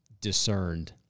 discerned